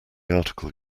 article